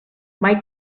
mai